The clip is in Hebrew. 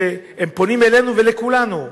והם פונים אלינו ולכולנו,